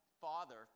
father